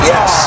Yes